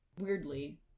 Weirdly